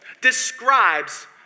describes